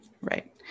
right